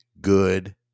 good